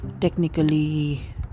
Technically